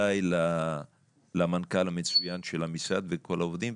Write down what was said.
ובוודאי למנכ"ל המצוין של המשרד וכל העובדים,